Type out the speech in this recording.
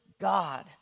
god